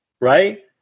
right